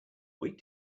wait